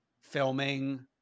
filming